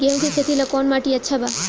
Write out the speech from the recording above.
गेहूं के खेती ला कौन माटी अच्छा बा?